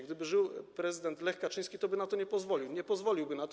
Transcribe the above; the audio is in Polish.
Gdyby żył prezydent Lech Kaczyński, toby na to nie pozwolił, nie pozwoliłby na to.